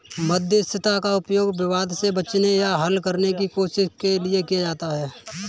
मध्यस्थता का उपयोग विवाद से बचने या हल करने की कोशिश के लिए किया जाता हैं